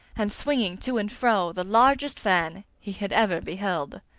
and swinging to and fro the largest fan he had ever beheld.